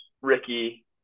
Ricky